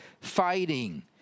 fighting